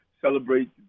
celebrate